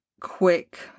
quick